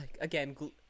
again